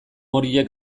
horiek